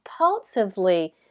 compulsively